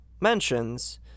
mentions